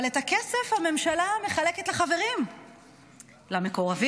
אבל את הכסף הממשלה מחלקת לחברים, למקורבים.